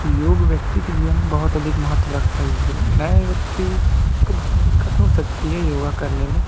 योग व्यक्ति के जीवन में बहुत अधिक महत्व रखता है यो नए व्यक्ति को बहुत दिक्कत हो सकती है योगा करने में